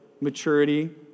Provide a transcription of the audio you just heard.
maturity